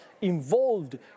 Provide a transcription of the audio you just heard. involved